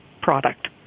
product